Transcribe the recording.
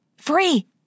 Free